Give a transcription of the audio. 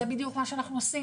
זה בדיוק מה שאנחנו עושים,